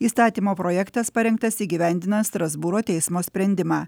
įstatymo projektas parengtas įgyvendina strasbūro teismo sprendimą